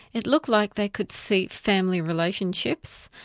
it looked like they could see family relationships,